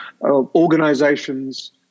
organizations